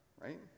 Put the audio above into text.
right